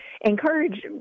encourage